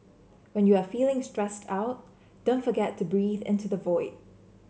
when you are feeling stressed out don't forget to breathe into the void